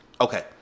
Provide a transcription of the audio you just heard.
Okay